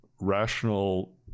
rational